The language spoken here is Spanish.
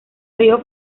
río